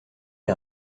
est